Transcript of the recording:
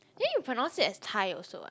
then you pronounce it as Thai also what